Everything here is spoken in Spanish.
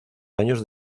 años